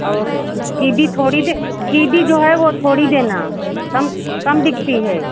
और कीबी थोड़ी दे कीबी जो है वो थोड़ी देना कम कम बिकती है